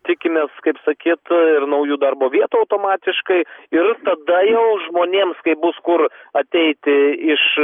tikimės kaip sakyt ir naujų darbo vietų automatiškai ir tada jau žmonėms kai bus kur ateiti iš